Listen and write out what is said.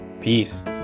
Peace